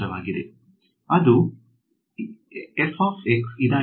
ಅದು ಆಗಿರುತ್ತದೆ